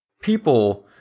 people